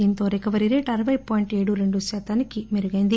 దీనితో recovery rate అరవై point ఏడు రెండు శాతానికి మెరుగ్గెంది